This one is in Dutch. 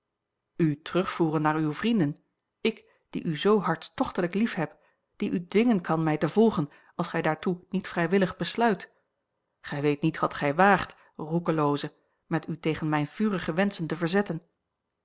terugvoeren naar uwe vrienden ik die u zoo hartstochtelijk liefheb die u dwingen kan mij te volgen als gij daartoe niet vrijwillig besluit gij weet niet wat gij waagt roekelooze met u tegen mijne vurige wenschen te verzetten